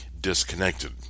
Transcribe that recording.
disconnected